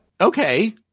okay